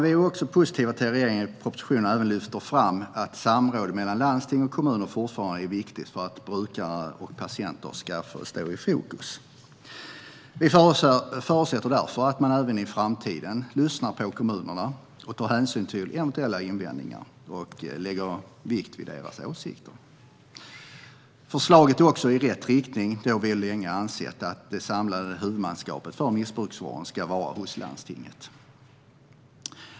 Vi är också positiva till att regeringen i propositionen lyfter fram att samråd mellan landsting och kommuner fortfarande är viktigt för att brukare och patienter ska stå i fokus. Vi förutsätter därför att man även i framtiden lyssnar på kommunerna och tar hänsyn till eventuella invändningar och lägger vikt vid deras åsikter. Förslaget är i rätt riktning, då vi länge har ansett att det samlade huvudmannaskapet för missbruksvården ska vara hos landstinget.